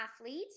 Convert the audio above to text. athlete